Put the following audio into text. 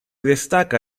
destaca